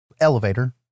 elevator